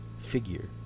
figure